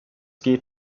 geht